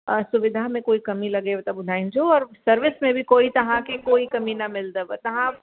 सुविधा में कोई कमी लॻेव त ॿुधाइजो सर्विस में बि कोई तव्हां खे कोई कमी न मिलंदव तव्हां